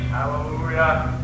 Hallelujah